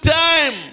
time